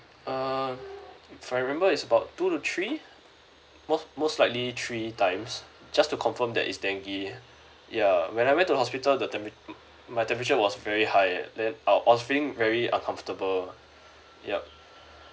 err if I remember is about two to three most most likely three times just to confirm that is dengue ya when I went to hospital the tempera~ my temperature was very high then I was I was feeling very uncomfortable yup